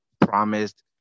promised